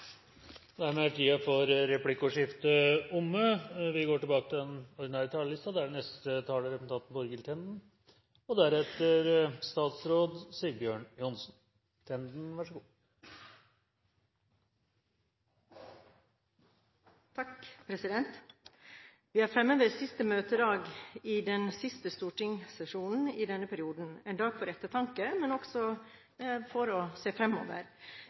dermed omme. Vi er fremme ved siste møtedag i den siste stortingssesjonen i denne perioden. Det er en dag for ettertanke – men også for å se fremover.